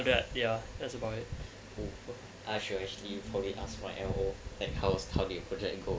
ya that's about it I shall actually probably ask my elbow and house target project go